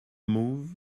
move